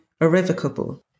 irrevocable